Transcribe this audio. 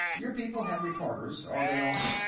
your people have recorders are they on?